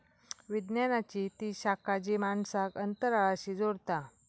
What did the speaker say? विज्ञानाची ती शाखा जी माणसांक अंतराळाशी जोडता